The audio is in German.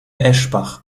eschbach